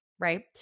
right